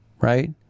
right